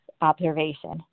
observation